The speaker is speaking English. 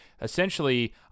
essentially